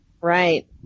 Right